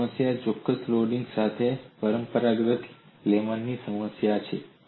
એક સમસ્યા ચોક્કસ લોડિંગ સાથે તમારી પરંપરાગત લામની સમસ્યા છે